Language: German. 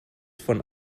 von